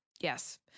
Yes